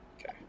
Okay